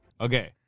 Okay